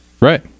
Right